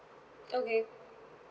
okay